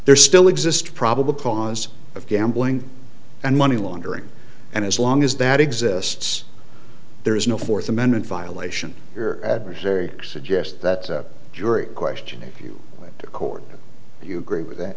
there's still exist probable cause of gambling and money laundering and as long as that exists there is no fourth amendment violation your adversary suggests that a jury questioning you to court you agree with that